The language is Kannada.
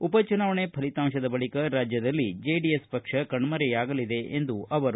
ಉಪ ಚುನಾವಣೆ ಫಲಿತಾಂಶ ಬಳಕ ರಾಜ್ಯದಲ್ಲಿ ಜೆಡಿಎಸ್ ಪಕ್ಷ ಕಣ್ಣರೆಯಾಗಲಿದೆ ಎಂದರು